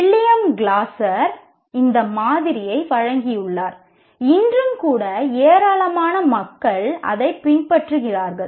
William Glasser இந்த மாதிரியை வழங்கியுள்ளார் இன்றும் கூட ஏராளமான மக்கள் அதைப் பின்பற்றுகிறார்கள்